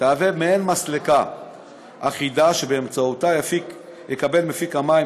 תהווה מעין מסלקה אחידה שבאמצעותה יקבל מפיק המים